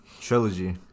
trilogy